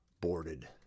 boarded